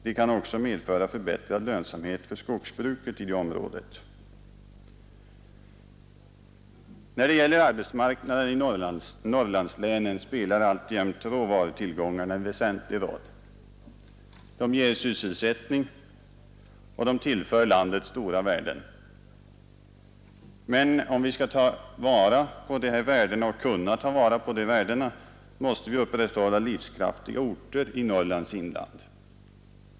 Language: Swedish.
Det kan också medföra förbättrad lönsamhet för skogsbruket i området. När det gäller arbetsmarknaden i Norrlandslänen spelar alltjämt råvarutillgångarna en väsentlig roll. De ger sysselsättning och de tillför landet stora värden. Men om vi skall kunna ta till vara dessa värden måste vi ha kvar livskraftiga orter i Norrlands inland.